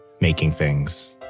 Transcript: making things,